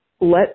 let